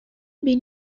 been